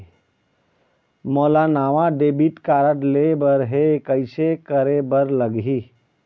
मोला नावा debit card लेबर हे, कइसे करे बर लगही?